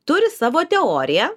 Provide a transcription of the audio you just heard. turi savo teoriją